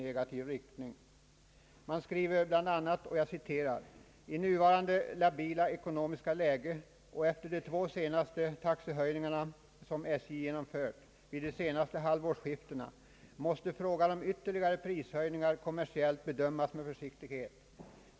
Järnvägsstyrelsen skriver bl.a. följande: »I nuvarande labila ekonomiska läge och efter de två taxehöjningar SJ genomfört vid de senaste halvårsskiftena måste frågan om ytterligare prishöjningar kommersiellt bedömas med försiktighet.